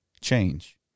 change